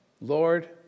Lord